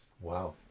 Wow